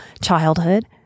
childhood